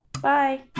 Bye